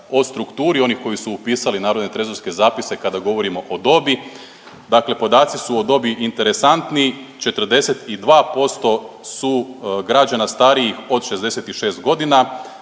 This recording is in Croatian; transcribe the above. o strukturi onih koji su upisali narodne trezorske zapise kada govorimo o dobi. Dakle, podaci su o dobi interesantni 42% su građani stariji od 66 godina,